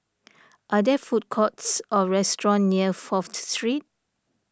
are there food courts or restaurants near Fourth Street